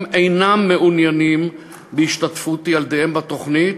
אינם מעוניינים בהשתתפות ילדיהם בתוכנית,